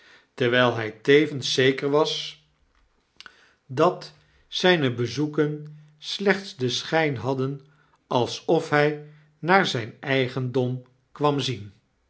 terwyl hy tevens zeker was dat zpe bezoeken slechts den schijn hadden alsof hy naar zp eigendom kwam zien